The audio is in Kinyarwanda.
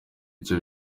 icyo